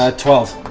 ah twelve.